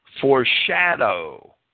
foreshadow